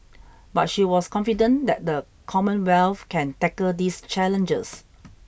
but she was confident that the Commonwealth can tackle these challenges